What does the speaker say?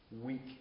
weak